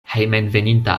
hejmenveninta